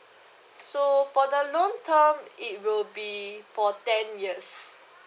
so for the loan term it will be for ten years